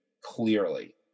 clearly